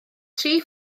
tri